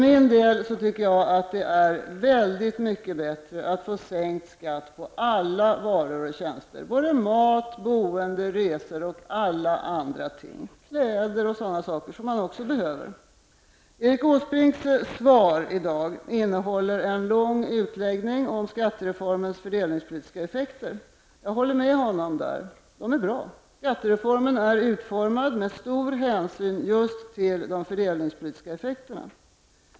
Själv tycker jag det är oerhört mycket bättre att få sänkt skatt på alla varor och tjänster -- mat, boende, resor, kläder och en mängd andra ting som vi behöver. Erik Åsbrinks svar i dag innehåller en lång utläggning om skattereformens fördelningspolitiska effekter. Jag håller med honom om att dessa är bra. Skattereformen är utformad med stor hänsyn tagen just till de fördelningspolitiska effekterna.